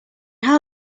how